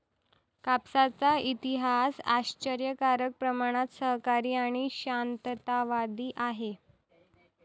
कापसाचा इतिहास आश्चर्यकारक प्रमाणात सहकारी आणि शांततावादी आहे